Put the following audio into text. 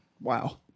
Wow